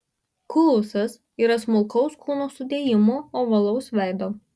kuusas yra smulkaus kūno sudėjimo ovalaus veido